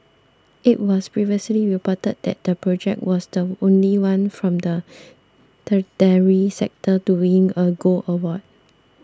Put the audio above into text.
it was previously reported that the project was the only one from the tertiary sector to win a gold award